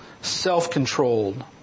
self-controlled